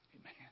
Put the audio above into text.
Amen